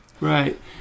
Right